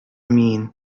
mean